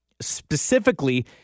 specifically